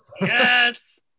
Yes